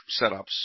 setups